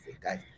guys